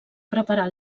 preparar